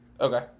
Okay